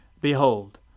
Behold